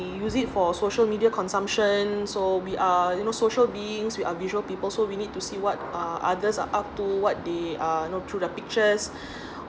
we use it for social media consumption so we are you know social beings we are visual people so we need to see what uh others are up to what they are know through the pictures